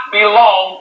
belong